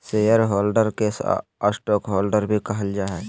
share holder के stockholder भी कहल जा हइ